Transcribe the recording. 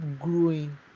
growing